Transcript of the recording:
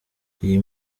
iyi